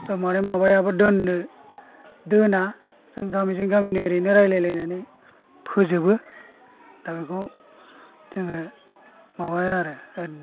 दा माबायाबो दोनो दोना जों गामिजों गामि एरैनो रायलाय लायनानै फोजोबो दा बिखौ जोङो माबाया आरो